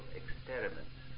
experiments